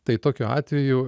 tai tokiu atveju